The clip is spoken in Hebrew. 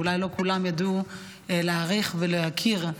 ואולי לא כולם ידעו להעריך ולהוקיר,